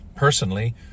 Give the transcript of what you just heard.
Personally